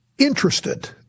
Interested